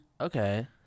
okay